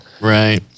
Right